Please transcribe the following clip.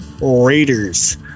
Raiders